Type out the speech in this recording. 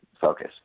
focus